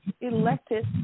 elected